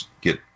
get